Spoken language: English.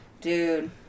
Dude